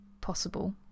possible